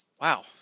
Wow